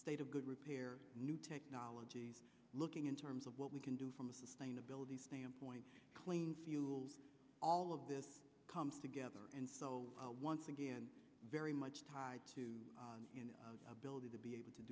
state a good repair new technology looking in terms of what we can do from the sustainability standpoint clean fuels all of this comes together and so once again very much tied to the ability to be able to